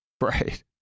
Right